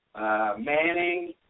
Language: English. Manning